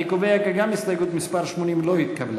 אני קובע כי גם הסתייגות מס' 80 לא התקבלה.